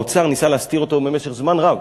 האוצר ניסה להסתיר אותו במשך זמן רב